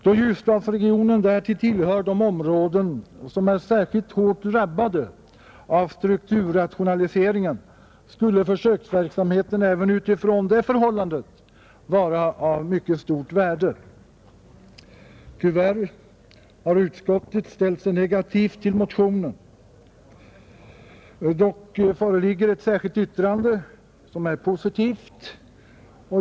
Då Ljusdalsregionen dessutom tillhör de områden som är särskilt hårt drabbade av strukturrationaliseringen skulle försöksverksamheten även utifrån det förhållandet vara av mycket stort värde. Tyvärr har utskottet ställt sig negativt till motionen, men det företer ändå ett särskilt yttrande som är positivt.